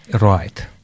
Right